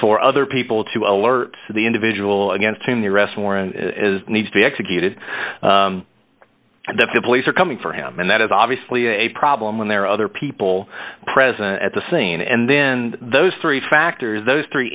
for other people to alert the individual against whom the arrest warrant as needs to be executed and if the police are coming for him and that is obviously a problem when there are other people present at the scene and then those three factors those three